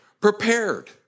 prepared